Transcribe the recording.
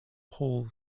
pole